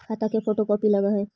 खाता के photo copy लगहै?